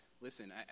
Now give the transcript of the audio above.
Listen